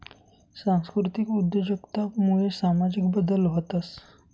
सांस्कृतिक उद्योजकता मुये सामाजिक बदल व्हतंस